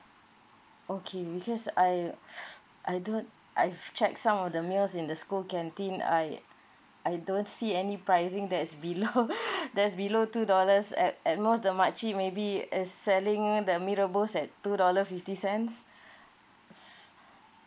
okay because I I don't I've checked some of the meals in the school canteen I I don't see any pricing that's below that's below two dollars at at most the makcik maybe is selling the mee rebus at two dollar fifty cents